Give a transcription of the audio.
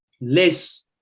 less